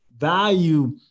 Value